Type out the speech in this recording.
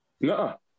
no